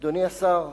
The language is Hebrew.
אדוני השר,